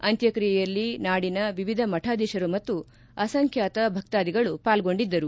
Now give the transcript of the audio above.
ಅಂತ್ಯಕ್ತಿಯೆಯಲ್ಲಿ ನಾಡಿನ ವಿವಿಧ ಮಠಾಧೀಶರು ಮತ್ತು ಅಸಂಖ್ಯಾಂತ ಭಕ್ತಾಧಿಗಳು ಪಾಲ್ಗೊಂಡಿದ್ದರು